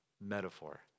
metaphor